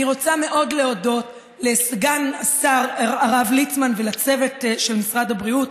אני רוצה מאוד להודות לסגן השר הרב ליצמן ולצוות של משרד הבריאות,